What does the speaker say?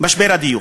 משבר הדיור: